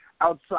outside